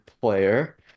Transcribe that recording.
player